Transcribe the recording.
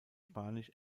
spanisch